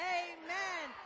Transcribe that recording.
amen